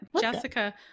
Jessica